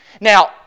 Now